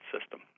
system